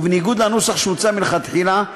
ובניגוד לנוסח שהוצע מלכתחילה,